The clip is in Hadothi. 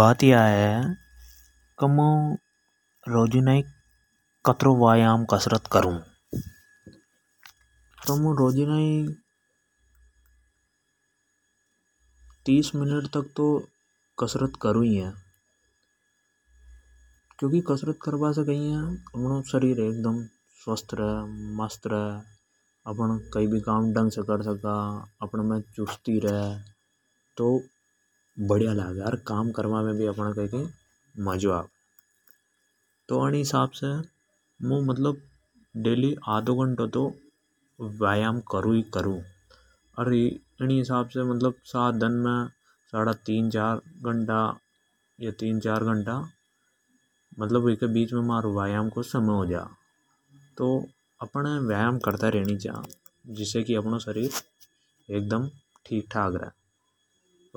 बात या है की मुं रोजीना कत रो वायाम अर कसरत करू। तो मुं रोजीना हि लगभग 30 मिनट तक तो कसरत करू ही है। क्योंकि कसरत से शरीर स्वस्थ रे। अनण मे चुस्ती रे। कोई भी काम दंग से कर सका। बडीआ लागे काम मे मजो आ। तो मुं रोज आधो घंटो तो वायाम करु हि करू। ई हिसाब से मु सात दन मे साडा तीन घंटा तो वायाम को समय हो जा। तो अपण वायाम कर तो रेनी छा।